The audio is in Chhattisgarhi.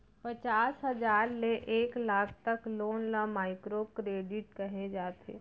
पचास हजार ले एक लाख तक लोन ल माइक्रो करेडिट कहे जाथे